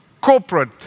Corporate